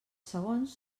segons